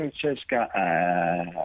Francesca